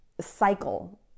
cycle